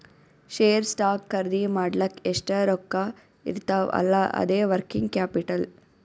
share, stock ಖರ್ದಿ ಮಾಡ್ಲಕ್ ಎಷ್ಟ ರೊಕ್ಕಾ ಇರ್ತಾವ್ ಅಲ್ಲಾ ಅದೇ ವರ್ಕಿಂಗ್ ಕ್ಯಾಪಿಟಲ್